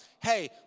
hey